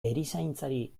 erizaintzari